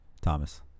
Thomas